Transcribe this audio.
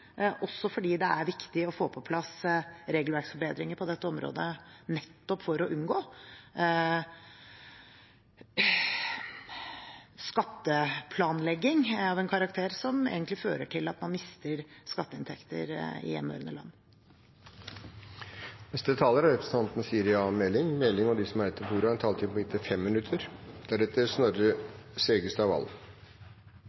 også fordi det er viktig å få på plass regelverksforbedringer på dette området, nettopp for å unngå skatteplanlegging av en karakter som egentlig fører til at man mister skatteinntekter i hjemmehørende land. Takk til interpellanten Truls Wickholm for at han tar opp viktige spørsmål knyttet til skatteunndragelse og